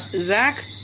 Zach